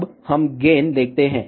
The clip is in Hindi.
अब हम गेन देखते हैं